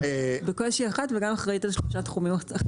בקושי אחד וגם אחראית על שלושה תחומים.